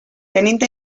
tenint